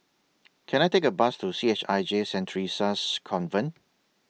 Can I Take A Bus to C H I J Saint Theresa's Convent